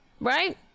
Right